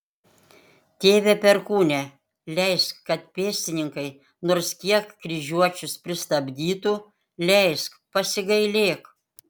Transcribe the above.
tėve perkūne leisk kad pėstininkai nors kiek kryžiuočius pristabdytų leisk pasigailėk